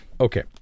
Okay